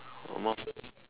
uh